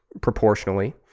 proportionally